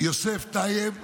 יוסף טייב,